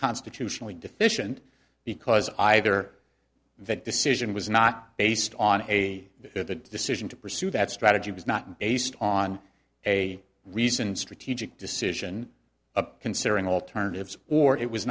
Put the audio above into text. constitutionally deficient because either that decision was not based on a the decision to pursue that strategy was not based on a reasoned strategic decision of considering alternatives or it was